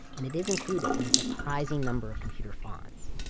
and it is included in a surprising number of computer fonts.